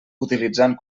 utilitzant